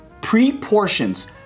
Pre-portions